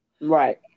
right